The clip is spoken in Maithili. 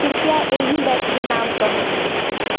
कृपया एहि बैंडके नाम कहू